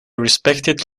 respected